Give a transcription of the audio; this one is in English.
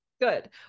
good